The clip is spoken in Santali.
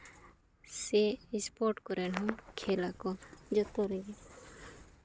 ᱥᱮ ᱥᱯᱳᱨᱴ ᱠᱚᱨᱮ ᱦᱚᱸ ᱠᱷᱮᱞ ᱟᱠᱚ ᱡᱚᱛᱚ ᱨᱮᱜᱮ